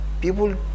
people